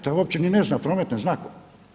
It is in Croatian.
Taj uopće ni ne zna prometne znakove.